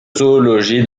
zoologie